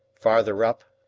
farther up,